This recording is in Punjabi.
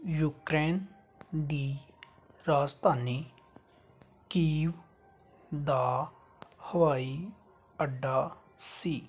ਯੂਕਰੇਨ ਦੀ ਰਾਜਧਾਨੀ ਕੀਵ ਦਾ ਹਵਾਈ ਅੱਡਾ ਸੀ